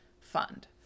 fund